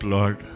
Lord